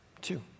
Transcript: Two